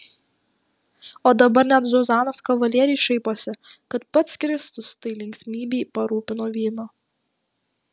o dabar net zuzanos kavalieriai šaiposi kad pats kristus tai linksmybei parūpino vyno